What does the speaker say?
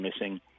missing